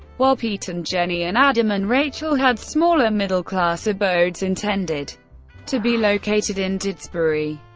while pete and jenny and adam and rachel had smaller middle-class abodes intended to be located in didsbury.